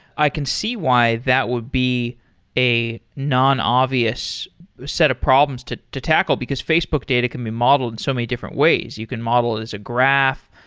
i can see why that would be a non-obvious set of problems to to tackle, because facebook data can be modeled in so many different ways. you can model it as a graph,